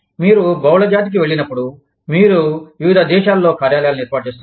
మీరు బహుళజాతికి వెళ్ళినప్పుడు మీరు వివిధ దేశాలలో కార్యాలయాలను ఏర్పాటు చేస్తారు